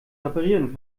reparieren